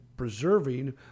Preserving